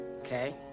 Okay